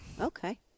Okay